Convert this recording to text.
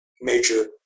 major